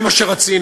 זה מה שרצינו.